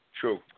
True